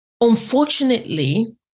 Unfortunately